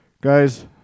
guys